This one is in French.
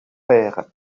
père